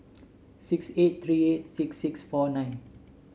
six eight three eight six six four nine